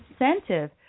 incentive